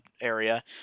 area